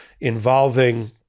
involving